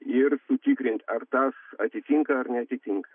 ir sutikrinti ar tas atitinka ar neatitinka